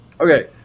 Okay